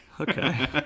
okay